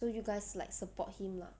so you guys like support him lah